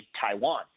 Taiwan